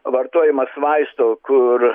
vartojimas vaisto kur